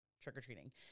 trick-or-treating